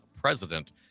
president